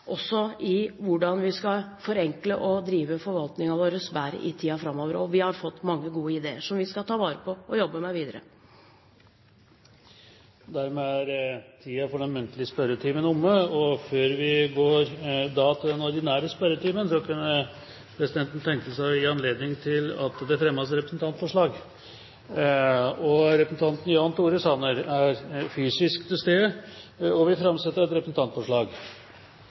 hvordan vi skal forenkle og drive forvaltningen vår bedre i tiden framover. Vi har fått mange gode ideer som vi skal ta vare på og jobbe videre med. Dermed er den muntlige spørretimen omme. Før vi går til den ordinære spørretimen, kunne presidenten tenke seg å gi anledning til at det fremmes representantforslag. Representanten Jan Tore Sanner er fysisk til stede og vil framsette et representantforslag.